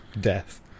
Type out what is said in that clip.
death